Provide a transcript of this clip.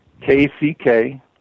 kck